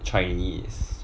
chinese